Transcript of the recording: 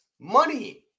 Money